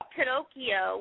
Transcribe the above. Pinocchio